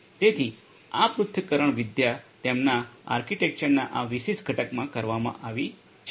તેથી આ પૃથક્કરણવિદ્યા તેમના આર્કિટેક્ચરના આ વિશિષ્ટ ઘટકમાં કરવામાં આવી છે